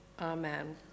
Amen